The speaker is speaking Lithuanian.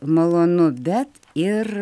malonu bet ir